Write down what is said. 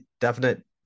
definite